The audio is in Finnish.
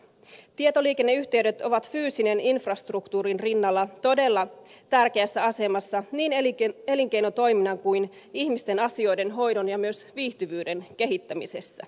tietoliikenneyhteydet ovat fyysisen infrastruktuurin rinnalla todella tärkeässä asemassa niin elinkeinotoiminnan kuin ihmisten asioidenhoidon ja myös viihtyvyyden kehittämisessä